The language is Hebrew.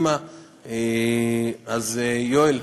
יואל,